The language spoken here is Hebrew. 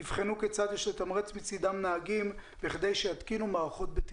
יבחנו כיצד יש לתמרץ מצידן נהגים כדי שיתקינו מערכות בטיחות.